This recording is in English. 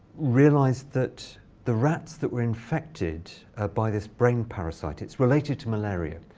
realize that the rats that were infected by this brain parasite it's related to malaria.